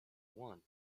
one